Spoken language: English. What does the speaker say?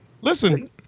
Listen